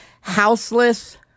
houseless